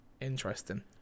interesting